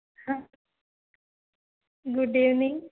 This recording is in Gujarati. હા ગુડ ઇવનિંગ